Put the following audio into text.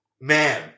man